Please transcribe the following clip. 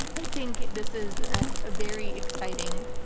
i think this is a very exciting.